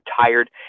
tired